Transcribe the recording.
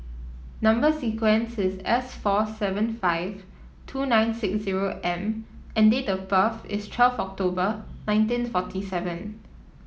number sequence is S four seven five two nine six zero M and date of birth is twelfth October nineteen forty seven